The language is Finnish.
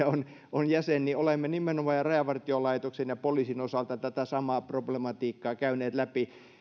on on jäsen olemme nimenomaan rajavartiolaitoksen ja poliisin osalta tätä samaa problematiikkaa käyneet läpi